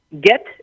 Get